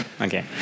Okay